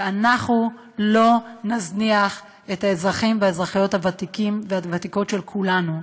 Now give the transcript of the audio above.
שאנחנו לא נזניח את האזרחים והאזרחיות הוותיקים והוותיקות של כולנו.